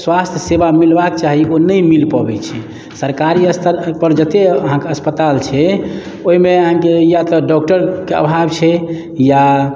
स्वास्थ्य सेवा मिलबाक चाही ओ नहि मिल पबै छै सरकारी स्तर पर जते अहाँके अस्पताल छै ओहिमे अहाँके या तऽ डॉक्टरके अभाव छै या छै